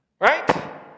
Right